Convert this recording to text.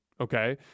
okay